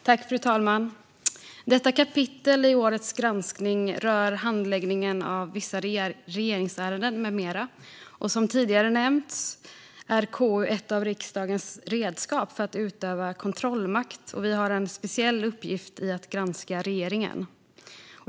Fru talman! Detta kapitel i årets granskning rör handläggningen av vissa regeringsärenden med mera. Som tidigare nämnts är KU ett av riksdagens redskap för att utöva kontrollmakt och har en speciell uppgift att granska regeringen.